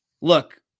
look